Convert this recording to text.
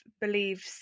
believes